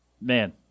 man